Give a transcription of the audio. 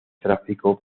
tráfico